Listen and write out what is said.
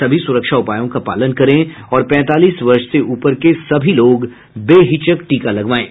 सभी सुरक्षा उपायों का पालन करें और पैंतालीस वर्ष से ऊपर के सभी लोग बेहिचक टीका लगवाएं